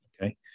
Okay